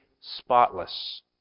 spotless